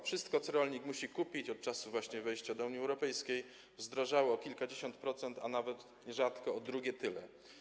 Wszystko, co rolnik musi kupić od czasu właśnie wejścia do Unii Europejskiej, zdrożało o kilkadziesiąt procent, a nawet nierzadko o drugie tyle.